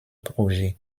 projet